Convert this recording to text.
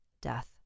death